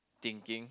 thinking